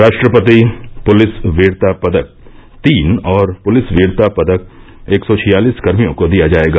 राष्ट्रपति पुलिस वीरता पदक तीन और पुलिस वीरता पदक एक सौ छियालिस कर्मियों को दिया जायेगा